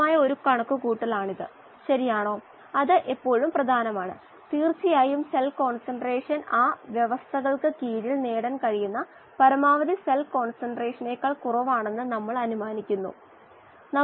ഒരു millivolt meter ആണ് അലിഞ്ഞു ചേർന്ന ഓക്സിജൻ നില കാണാൻ ഉപയോഗിച്ചത്